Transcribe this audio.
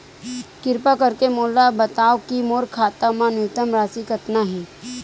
किरपा करके मोला बतावव कि मोर खाता मा न्यूनतम राशि कतना हे